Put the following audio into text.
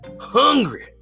hungry